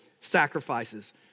sacrifices